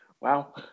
wow